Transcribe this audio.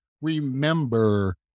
remember